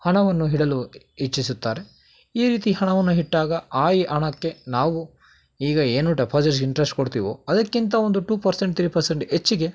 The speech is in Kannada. ಹಣವನ್ನು ಇಡಲು ಇಚ್ಛಿಸುತ್ತಾರೆ ಈ ರೀತಿ ಹಣವನ್ನು ಇಟ್ಟಾಗ ಆ ಹಣಕ್ಕೆ ನಾವು ಈಗ ಏನು ಡೆಪಾಸಿಟ್ಸ್ ಇಂಟ್ರೆಸ್ಟ್ ಕೊಡ್ತೀವೋ ಅದಕ್ಕಿಂತ ಒಂದು ಟೂ ಪರ್ಸೆಂಟ್ ಥ್ರೀ ಪರ್ಸೆಂಟ್ ಹೆಚ್ಚಿಗೆ